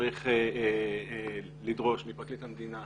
צריך לדרוש מפרקליט המדינה